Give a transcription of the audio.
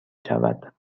شود